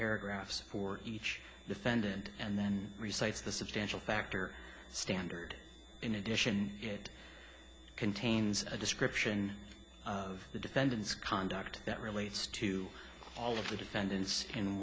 paragraphs for each defendant and then recites the substantial factor standard in addition it contains a description of the defendant's conduct that relates to all of the defendants in